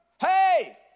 Hey